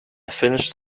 finished